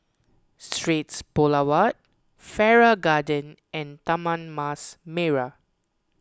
Straits Boulevard Farrer Garden and Taman Mas Merah